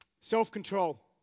Self-control